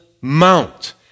mount